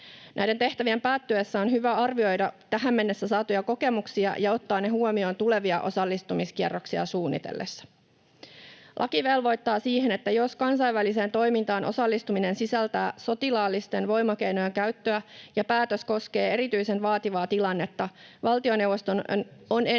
Näiden tehtävien päättyessä on hyvä arvioida tähän mennessä saatuja kokemuksia ja ottaa ne huomioon tulevia osallistumiskierroksia suunnitellessa. Laki velvoittaa siihen, että jos kansainväliseen toimintaan osallistuminen sisältää sotilaallisten voimakeinojen käyttöä ja päätös koskee erityisen vaativaa tilannetta, valtioneuvoston on ennen